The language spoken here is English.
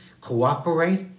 cooperate